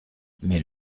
mais